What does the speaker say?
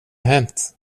hänt